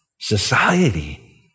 society